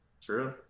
True